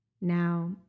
Now